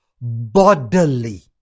bodily